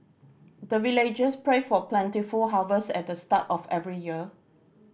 the villagers pray for plentiful harvest at the start of every year